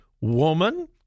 woman